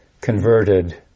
converted